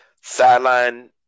Sideline